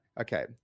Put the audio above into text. okay